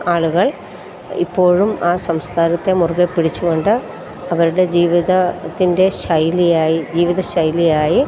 ആളുകൾ ഇപ്പോഴും ആ സംസ്കാരത്തെ മുറുകെ പിടിച്ചുകൊണ്ട് അവരുടെ ജീവിതത്തിൻ്റെ ശൈലിയായി ജീവിതശൈലിയായി